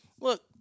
Look